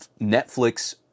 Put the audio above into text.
Netflix